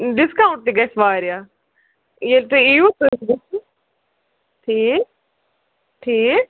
discount تہِ گَژھِ وارِیاہ ییٚلہِ تُہۍ یِیِو ٹھیٖک ٹھیٖک